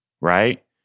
right